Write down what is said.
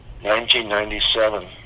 1997